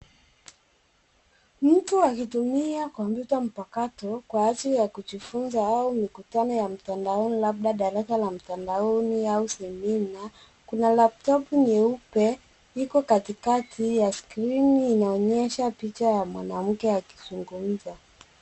Mtu akitumia kompyuta mpakato kwa ajili ya kujifunza au mikutano ya mtandaoni labda darasa la mtandaoni au semina kuna laptopu nyeupe iko kati kati ya skrini inaonyesha picha ya mwanamke akizungumza.